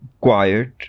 quiet